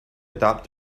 adopt